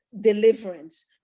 deliverance